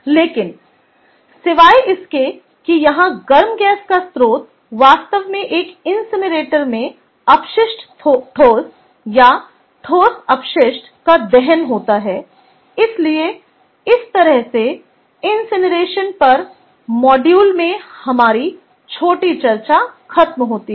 लेकिन सिवाय इसके कि यहां गर्म गैस का स्रोत वास्तव में एक इनसिनरेटर में अपशिष्ट ठोस या ठोस अपशिष्ट का दहन होता है इसलिए इस तरह से इनसिनरेशन पर इस मॉड्यूल में हमारी छोटी चर्चा खत्म होती है